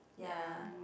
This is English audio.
ya